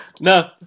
No